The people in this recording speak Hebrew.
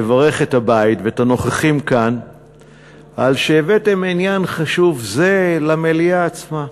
לברך את הבית ואת הנוכחים כאן על שהבאתם עניין חשוב זה למליאה עצמה.